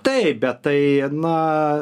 taip bet tai na